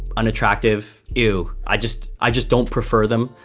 unattractive. ew, i just i just don't prefer them.